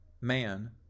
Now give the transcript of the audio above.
Man